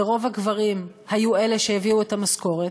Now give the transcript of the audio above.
ורוב הגברים היו אלה שהביאו את המשכורת,